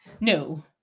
No